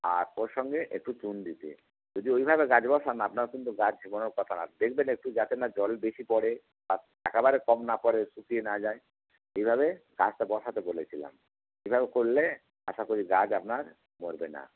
আর ওর সঙ্গে একটু চুন দিতে যদি ওইভাবে গাছ বসান আপনার কিন্তু গাছ শুকানোর কথা না দেখবেন একটু যাতে না জল বেশি পড়ে আর একেবারে কম না পড়ে শুকিয়ে না যায় এইভাবে গাছটা বসাতে বলেছিলাম এভাবে করলে আশা করি গাছ আপনার মরবে না